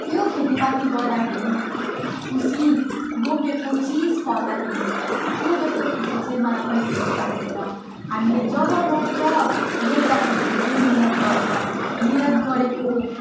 त्यो खेतीपाती गर्दाखेरि खुसी रोपेको चिज फल्दाखेरि त्यो जस्तो खुसी चाहिँ मलाई कहिल्यै पनि लाग्दैन हामीले जब रोप्छ रोप्दाखेरि धेरै मिहिनेत गर्छ मिहिनेत गरेको